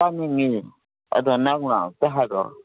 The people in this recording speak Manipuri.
ꯆꯥꯅꯤꯡꯉꯤ ꯑꯗꯣ ꯅꯪꯅ ꯑꯝꯇ ꯍꯥꯏꯔꯛꯑꯣ